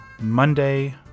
Monday